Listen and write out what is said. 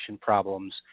problems